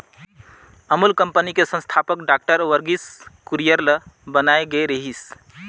Amul company के संस्थापक doctor Verghese Kurien ल बनाए गे रिहिस